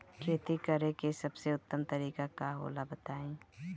खेती करे के सबसे उत्तम तरीका का होला बताई?